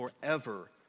forever